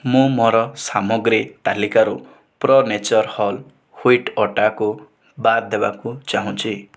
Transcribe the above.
ମୁଁ ମୋର ସାମଗ୍ରୀ ତାଲିକାରୁ ପ୍ରୋ ନେଚର୍ ହୋଲ୍ ହ୍ୱିଟ୍ ଅଟାକୁ ବାଦ୍ ଦେବାକୁ ଚାହୁଁଛି